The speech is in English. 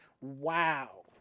wow